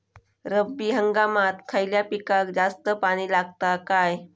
रब्बी हंगामात खयल्या पिकाक जास्त पाणी लागता काय?